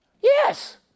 Yes